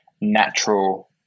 natural